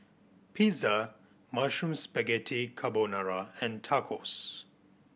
Pizza Mushroom Spaghetti Carbonara and Tacos